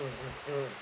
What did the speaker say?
mm mm mm